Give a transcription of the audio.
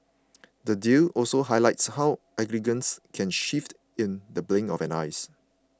the deal also highlights how allegiances can shift in the blink of an eyes